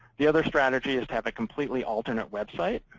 the other strategy is to have a completely alternate website.